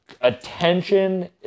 attention